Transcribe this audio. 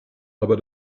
aber